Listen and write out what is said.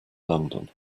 london